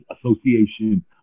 association